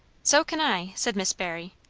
so kin i, said miss barry.